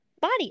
body